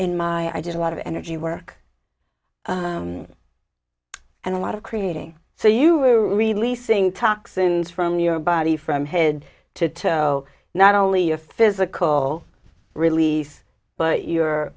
in my i did a lot of energy work and a lot of creating so you were releasing toxins from your body from head to toe not only your physical release but your